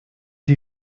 die